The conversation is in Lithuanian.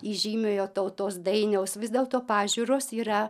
įžymiojo tautos dainiaus vis dėlto pažiūros yra